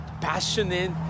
passionate